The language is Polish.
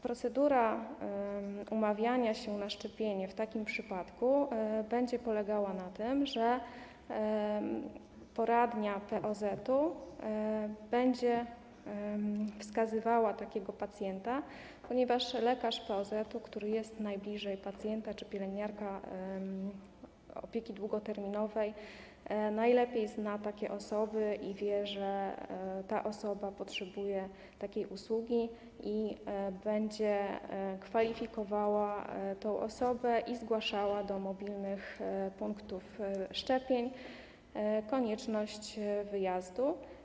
Procedura umawiania się na szczepienie w takim przypadku będzie polegała na tym, że poradnia POZ będzie wskazywała takiego pacjenta, ponieważ lekarz POZ, który jest najbliżej pacjenta, czy pielęgniarka opieki długoterminowej, najlepiej zna takie osoby i wie, że ta osoba potrzebuje takiej usługi, i będzie kwalifikowała tę osobę i zgłaszała do mobilnych punktów szczepień konieczność wyjazdu.